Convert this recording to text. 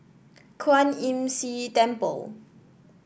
Kwan Imm See Temple